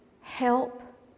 Help